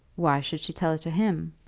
why should she tell it to him?